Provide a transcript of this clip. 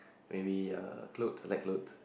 maybe a clothes like looks